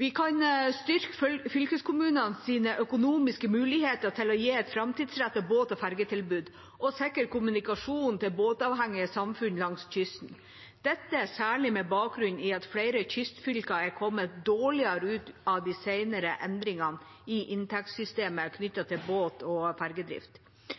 Vi kan styrke fylkeskommunenes økonomiske muligheter til å gi framtidsrettede båt- og ferjetilbud og sikre kommunikasjon til båtavhengige samfunn langs kysten – dette særlig med bakgrunn i at flere kystfylker har kommet dårligere ut av de senere endringene i inntektssystemet knyttet til båt- og